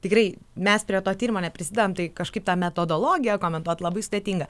tikrai mes prie to tyrimo neprisidedam tai kažkaip tą metodologiją komentuot labai sudėtinga